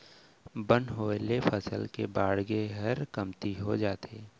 बन होय ले फसल के बाड़गे हर कमती हो जाथे